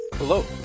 Hello